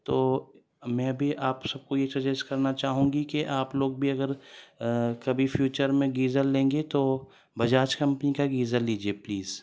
تومیں بھی آپ سب کو یہ سجیس کرنا چاہوں گی کہ آپ لوگ بھی اگر کبھی فیوچر میں گیزر لیں گے تو بجاج کمپنی کا گیزر لیجیے پلیز